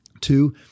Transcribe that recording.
Two